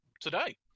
Today